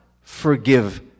forgive